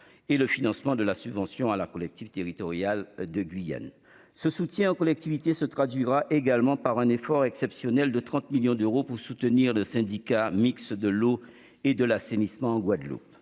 et le financement de la subvention à la collectivité territoriale de Guyane. Ce soutien aux collectivités se traduira également par un effort exceptionnel de 30 millions d'euros pour soutenir le syndicat mixte de gestion de l'eau et de l'assainissement de Guadeloupe,